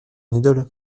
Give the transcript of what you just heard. idole